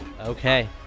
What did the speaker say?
okay